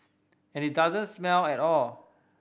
and it doesn't smell at all